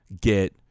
get